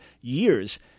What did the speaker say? years